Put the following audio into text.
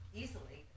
easily